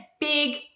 big